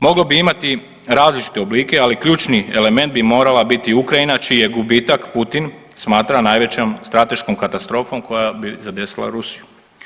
Moglo bi imati različite oblike, ali ključni element bi morala biti Ukrajina čiji je gubitak, Putin smatra najvećom strateškom katastrofom koja bi zadesila Rusiju.